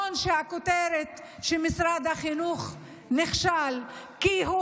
נכון שהכותרת היא שמשרד החינוך נכשל כי הוא